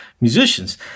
musicians